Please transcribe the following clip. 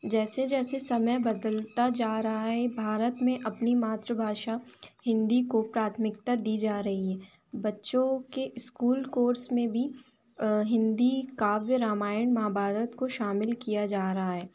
जैसे जैसे समय बदलता जा रहा है भारत में अपनी मातृभाषा हिंदी को प्राथमिकता दी जा रही है बच्चों के इस्कूल कोर्स में भी हिंदी काव्य रामायण महाभारत को शामिल किया जा रहा है